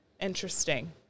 interesting